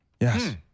Yes